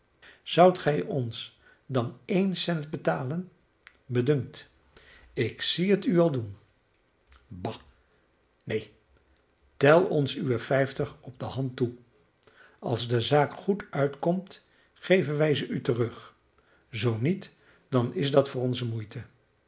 zoudt gij ons dan een cent betalen mij dunkt ik zie het u al doen bah neen tel ons uwe vijftig op de hand toe als de zaak goed uitkomt geven wij ze u terug zoo niet dan is dat voor onze moeite